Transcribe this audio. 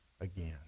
again